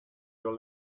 your